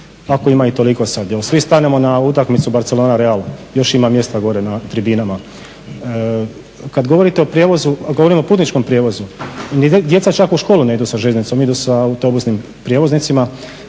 ako ima i toliko sad, svi stanemo na utakmicu Barcelona-Real, još ima mjesta gore na tribinama. Kad govorite o prijevozu, a govorim o putničkom prijevozu, ni djeca čak u školu ne idu sa željeznicom, idu sa autobusnim prijevoznicima